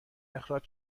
اخراج